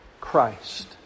Christ